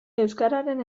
euskararen